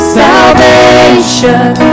salvation